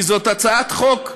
כי זאת הצעת חוק שראשית,